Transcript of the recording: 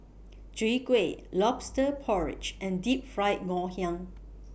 Chwee Kueh Lobster Porridge and Deep Fried Ngoh Hiang